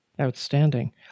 Outstanding